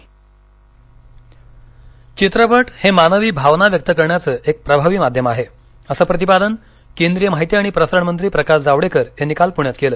ज्ञावडेकर धित्रपट हे मानवी भावना व्यक्त करण्याचं एक प्रभावी मध्यम आहे असं प्रतिपादन केंद्रीय माहिती आणि प्रसारण मंत्री प्रकाश जावडेकर यांनी काल पुण्यात केलं